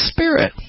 Spirit